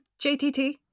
JTT